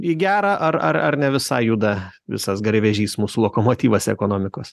į gerą ar ar ar ne visai juda visas garvežys mūsų lokomotyvas ekonomikos